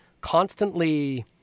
constantly